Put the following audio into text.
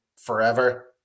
forever